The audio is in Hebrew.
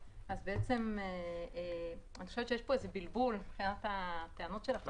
אני חושבת שיש פה איזה שהוא בלבול מבחינת הטענות של החברות.